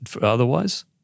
otherwise